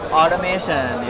automation